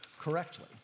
correctly